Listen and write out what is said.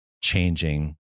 changing